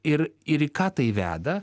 ir ir į ką tai veda